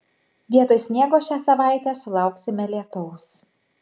vietoj sniego šią savaitę sulauksime lietaus